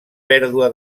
pèrdua